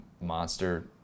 monster